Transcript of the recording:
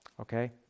Okay